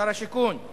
שר השיכון.